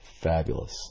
Fabulous